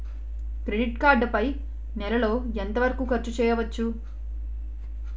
Credit card పై నెల లో ఎంత వరకూ ఖర్చు చేయవచ్చు?